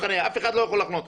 אף אחד לא יכול לחנות.